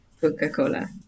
Coca-Cola